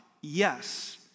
yes